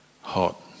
hot